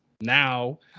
now